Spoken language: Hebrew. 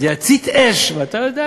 ואתה יודע,